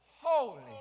Holy